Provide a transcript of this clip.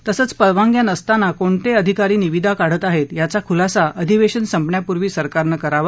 तसंच परवानग्या नसताना कोणते अधिकारी निविदा काढत आहेत याचा खुलासा अधिवेशन संपण्यापूर्वी सरकारने करावा